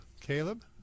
Caleb